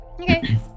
Okay